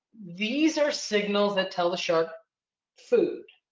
these are signals that tell the shark food,